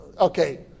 Okay